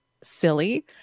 silly